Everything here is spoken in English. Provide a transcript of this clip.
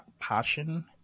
passion